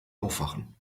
aufwachen